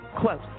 Quote